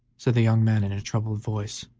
said the young man, in a troubled voice,